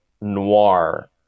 noir